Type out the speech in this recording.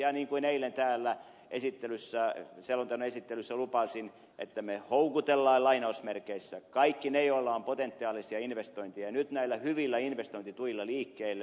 ihan niin kuin eilen täällä selonteon esittelyssä lupasin me houkuttelemme kaikki ne joilla on potentiaalisia investointeja nyt näillä hyvillä investointituilla liikkeelle